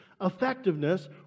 effectiveness